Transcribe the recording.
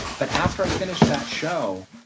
but after i finished that show,